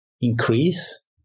increase